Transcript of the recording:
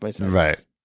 Right